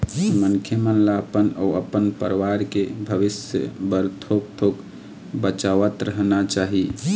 मनखे मन ल अपन अउ अपन परवार के भविस्य बर थोक थोक बचावतरहना चाही